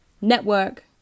Network